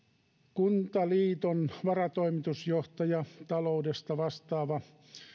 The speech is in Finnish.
kuntaliiton varatoimitusjohtaja taloudesta vastaava